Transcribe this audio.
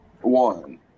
One